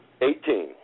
Eighteen